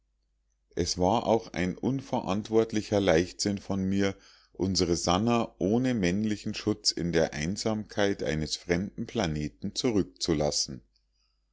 es war auch ein unverantwortlicher leichtsinn von mir unsre sannah ohne männlichen schutz in der einsamkeit eines fremden planeten zurückzulassen